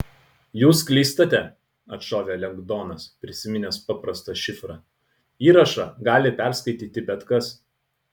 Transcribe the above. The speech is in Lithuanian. jūs klystate atšovė lengdonas prisiminęs paprastą šifrą įrašą gali perskaityti bet kas